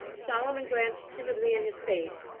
solomon glanced timidly in his face,